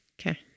Okay